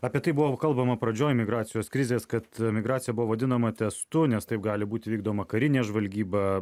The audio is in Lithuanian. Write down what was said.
apie tai buvo kalbama pradžioj migracijos krizės kad migracija buvo vadinama testu nes taip gali būti vykdoma karinė žvalgyba